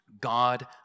God